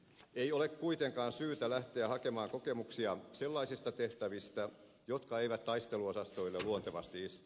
ei ole kuitenkaan syytä lähteä hakemaan kokemuksia sellaisista tehtävistä jotka eivät taisteluosastoille luontevasti istu